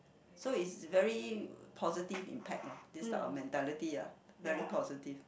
so it's very positive impact lor this type of mentality ah very positive